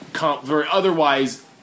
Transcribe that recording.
otherwise